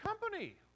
company